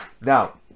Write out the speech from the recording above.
now